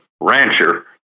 rancher